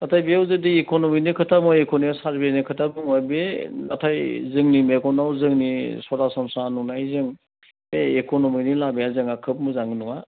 नाथाय बेयाव जुदि इक'न'मिकनि खोथा बुङो इक'न'मिक सार्भेनि खोथा बुङो बे नाथाय जोंनि मेगनाव जोंनि सरासनस्रा नुनायजों बे इक'न'मिकनि लामाया जोंहा खोब मोजाङै नङा